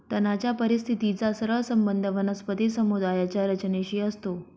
तणाच्या परिस्थितीचा सरळ संबंध वनस्पती समुदायाच्या रचनेशी असतो